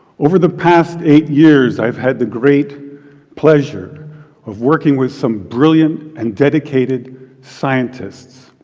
over the past eight years, i've had the great pleasure of working with some brilliant and dedicated scientists.